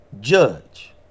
judge